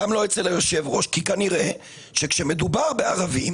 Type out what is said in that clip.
גם לא אצל היושב-ראש, כי כנראה כאשר מדובר בערבים